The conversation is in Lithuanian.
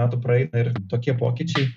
metų praeina ir tokie pokyčiai